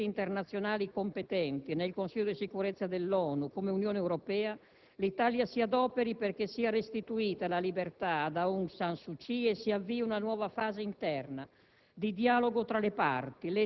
Noi chiediamo che in tutte le sedi internazionali competenti, nel Consiglio di Sicurezza dell'ONU come nell'Unione europea, l'Italia si adoperi perché sia restituita la libertà ad Aung San Suu Kyi e si avvii una nuova fase interna,